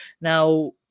now